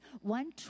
One